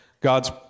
God's